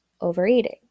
overeating